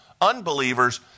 unbelievers